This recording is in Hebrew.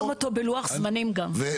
צריך לתחום אותו בלוח זמנים גם.